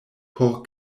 por